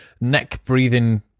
neck-breathing